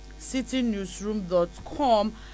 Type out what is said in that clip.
citynewsroom.com